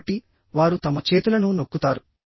కాబట్టి వారు తమ చేతులను నొక్కుతారు